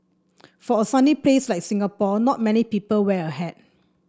for a sunny place like Singapore not many people wear a hat